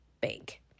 bank